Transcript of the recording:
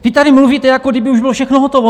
Vy tady mluvíte, jako kdyby už bylo všechno hotovo.